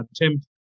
attempt